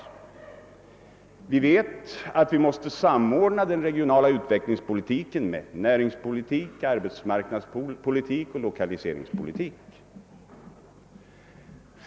Vi vet att vi måste samordna den regionala utvecklingspolitiken med näringspolitik, arbetsmarknadspolitik och = lokaliseringspolitik.